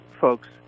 folks